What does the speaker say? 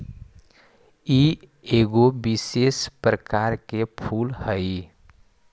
ई एगो विशेष प्रकार के फूल हई